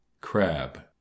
Crab